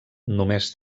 només